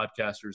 podcasters